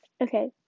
Okay